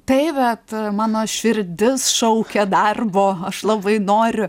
taip bet mano širdis šaukia darbo aš labai noriu